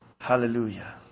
Hallelujah